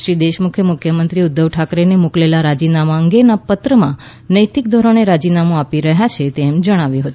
શ્રી દેશમુખે મુખ્યમંત્રી ઉદ્ધવ ઠાકરેને મોકલેલા રાજીનામા અંગેના પત્રમાં નૈતિક ધોરણે રાજીનામું આપી રહ્યા છે તેમ જણાવ્યું છે